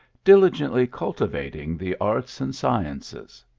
diligently cul tivating the arts and sciences,